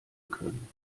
können